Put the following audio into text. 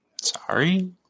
Sorry